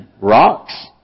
Rocks